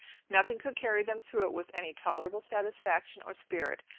nothing could carry them through it with any tolerable satisfaction or spirit,